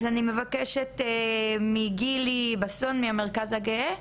אז אני מבקשת שנשמע את גילי בסון מהמרכז הגאה.